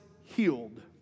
healed